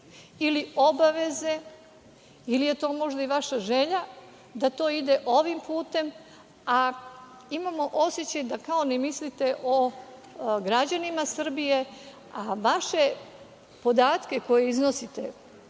ili obaveze ili je to možda i vaša želja da to ide ovim putem, a imamo osećaj da kao da ne mislite o građanima Srbije. Vaše podatke koje iznosite,